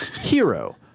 Hero